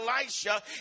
Elisha